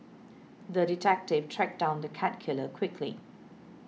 the detective tracked down the cat killer quickly